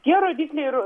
tie rodikliai ir